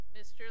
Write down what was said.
mr